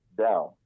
down